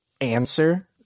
answer